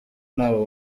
ntabo